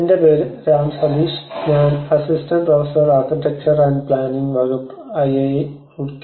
എന്റെ പേര് രാം സതീഷ് ഞാൻ assistant professor architecture and planning വകുപ്പ് ഐ ഐ ടി റൂർക്കി